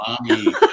Mommy